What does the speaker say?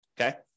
Okay